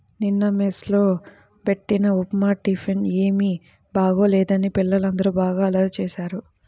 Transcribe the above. నిన్న మెస్ లో బెట్టిన ఉప్మా టిఫిన్ ఏమీ బాగోలేదని పిల్లలందరూ బాగా అల్లరి చేశారు